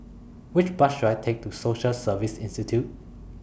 Which Bus should I Take to Social Service Institute